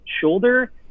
shoulder